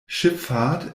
schifffahrt